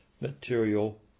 material